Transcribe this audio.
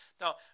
Now